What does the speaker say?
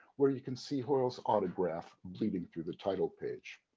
where you can see hoyle's autograph bleeding through the title page.